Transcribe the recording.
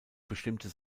bestimmte